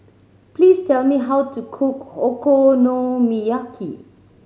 please tell me how to cook Okonomiyaki